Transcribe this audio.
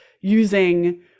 using